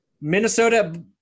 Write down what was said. Minnesota